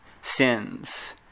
sins